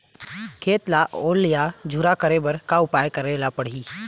खेत ला ओल या झुरा करे बर का उपाय करेला पड़ही?